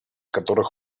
которых